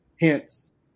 Hence